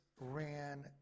ran